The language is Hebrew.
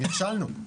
נכשלנו.